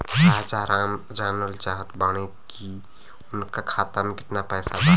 राजाराम जानल चाहत बड़े की उनका खाता में कितना पैसा बा?